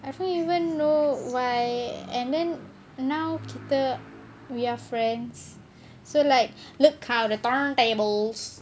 I don't even know why and then now kita we're friends so like look ah the turntables